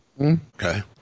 Okay